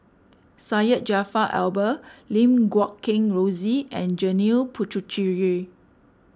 Syed Jaafar Albar Lim Guat Kheng Rosie and Janil Puthucheary